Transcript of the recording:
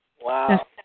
Wow